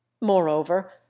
Moreover